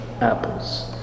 apples